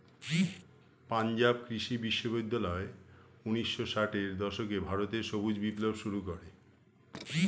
পাঞ্জাব কৃষি বিশ্ববিদ্যালয় ঊন্নিশো ষাটের দশকে ভারতে সবুজ বিপ্লব শুরু করে